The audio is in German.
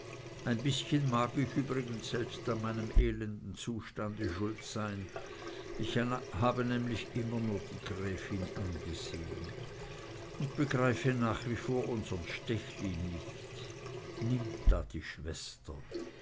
ein bißchen mag ich übrigens an meinem elenden zustande selbst schuld sein ich habe nämlich immer nur die gräfin angesehn und begreife nach wie vor unsren stechlin nicht nimmt da die schwester